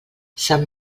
sant